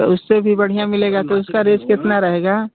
तो इससे भी बढ़ियाँ मिलेगा तो उसका रेट कितना रहेगा